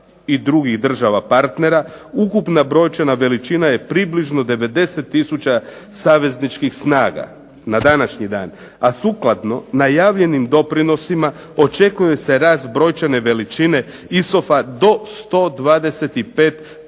i drugih država partnera, ukupna brojčana veličina je približno 90 tisuća savezničkih snaga na današnji dan, a sukladno najavljenim doprinosima očekuje se rast brojčane veličina ISOFA do 125